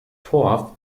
torf